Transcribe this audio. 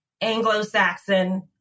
Anglo-Saxon